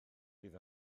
bydd